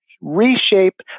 reshape